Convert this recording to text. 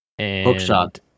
Hookshot